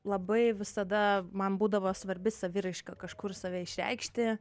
labai visada man būdavo svarbi saviraiška kažkur save išreikšti